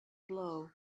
blow